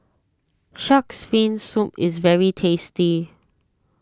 Shark's Fin Soup is very tasty